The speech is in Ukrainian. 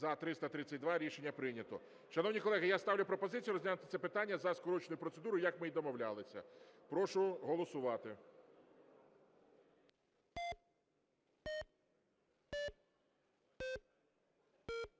За-332 Рішення прийнято. Шановні колеги, я ставлю пропозицію розглянути це питання за скороченою процедурою, як ми і домовлялися. Прошу голосувати.